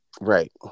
right